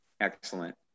excellent